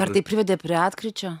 ar tai privedė prie atkryčio